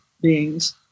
beings